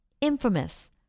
infamous